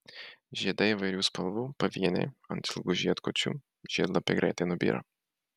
žiedai įvairių spalvų pavieniai ant ilgų žiedkočių žiedlapiai greitai nubyra